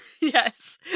yes